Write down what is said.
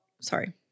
Sorry